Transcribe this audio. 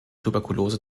tuberkulose